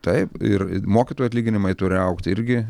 taip ir mokytojų atlyginimai turi augt irgi